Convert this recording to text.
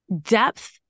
depth